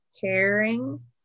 caring